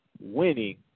winning